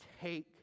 take